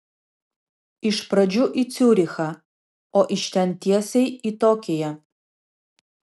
iš pradžių į ciurichą o iš ten tiesiai į tokiją